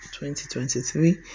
2023